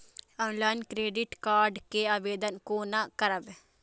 Online credit card के आवेदन कोना करब?